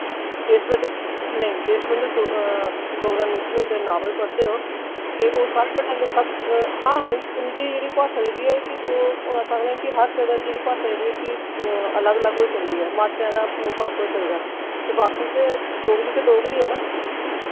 देशवंधु नेईं देशवंधु डोगरा नूतन हुंदे नावल पढ़दे ओ ते ओह् सारे पढ़ी लैंदे सब हां उं'दी जेह्ड़ी भाशा जेह्ड़ी ऐ कि हून अस आखने आं कि हर ज'गा दी भाशा जेह्ड़ी ऐ ओह् अलग अलग होई सकदी ऐ मात्रेयां दा फर्क होई सकदा ते बाकी ते डोगरी ते डोगरी ऐ ना